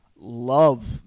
love